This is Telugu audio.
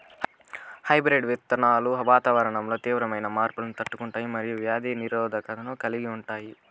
హైబ్రిడ్ విత్తనాలు వాతావరణంలో తీవ్రమైన మార్పులను తట్టుకుంటాయి మరియు వ్యాధి నిరోధకతను కలిగి ఉంటాయి